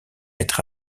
être